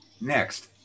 next